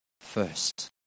first